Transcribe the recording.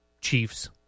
Chiefs